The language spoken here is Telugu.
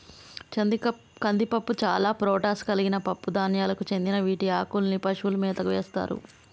కందిపప్పు చాలా ప్రోటాన్ కలిగిన పప్పు ధాన్యాలకు చెందిన వీటి ఆకుల్ని పశువుల మేతకు వేస్తారు